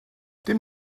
dim